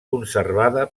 conservada